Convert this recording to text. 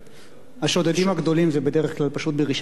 השודדים הגדולים זה בדרך כלל פשוט ברשיון.